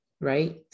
right